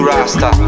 Rasta